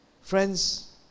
friends